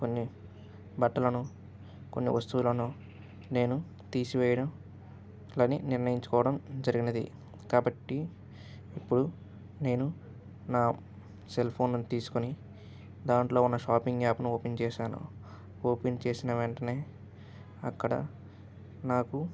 కొన్ని బట్టలను కొన్ని వస్తువులను నేను తీసివేయాలని నిర్ణయించుకోవడం జరిగినది కాబట్టి ఇప్పుడు నేను నా సెల్ఫోన్లని తీసుకొని దాంట్లో ఉన్న షాపింగ్ యాప్ను ఓపెన్ చేశాను ఓపెన్ చేసిన వెంటనే అక్కడ నాకు